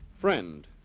friend